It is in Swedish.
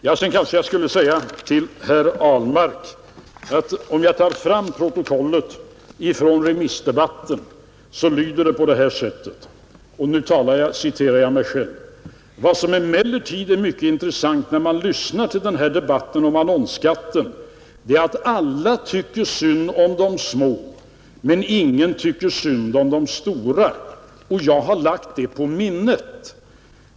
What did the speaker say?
Sedan kanske jag skulle säga till herr Ahlmark att om jag tar fram protokollet från remissdebatten och citerar mig själv, så lyder det på följande sätt: ”Vad som emellertid är mycket intressant när man lyssnat till denna debatt om annonsskatten är att alla tycker synd om de små, men ingen tycker synd om de stora, Jag har lagt det på minnet.